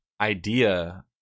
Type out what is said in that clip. idea